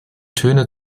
töne